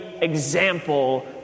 example